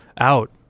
out